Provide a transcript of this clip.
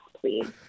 please